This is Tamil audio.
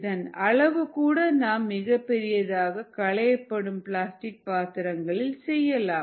இதன் அளவு கூட நாம் மிகப்பெரியதாக களையப்படும் பிளாஸ்டிக் பாத்திரங்களில் செய்யலாம்